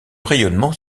rayonnement